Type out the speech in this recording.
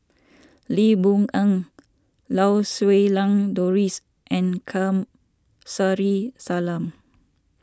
Lee Boon Ngan Lau Siew Lang Doris and Kamsari Salam